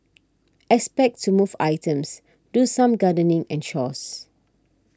expect to move items do some gardening and chores